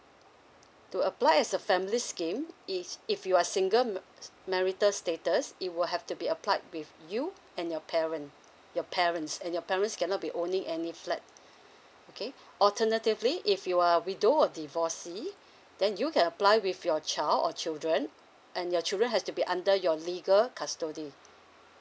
to apply as a family scheme is if you are single ma~ marital status it will have to be applied with you and your parent your parents and your parents cannot be owning any flat okay alternatively if you are widow or divorcee then you can apply with your child or children and your children has to be under your legal custody